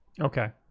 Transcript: Okay